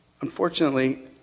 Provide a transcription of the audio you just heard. Unfortunately